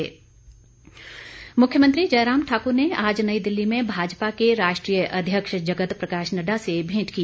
मुख्यमंत्री मुख्यमंत्री जयराम ठाकुर ने आज नई दिल्ली में भाजपा के राष्ट्रीय अध्यक्ष जगत प्रकाश नड्डा से भेंट की